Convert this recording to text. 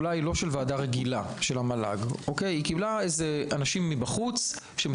אולי לא של ועדה רגילה של המל"ג; אלה אנשים מבחוץ שלא ממשרד הבריאות,